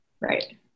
Right